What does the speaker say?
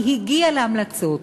היא הגיעה להמלצות.